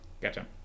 gotcha